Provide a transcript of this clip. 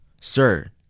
sir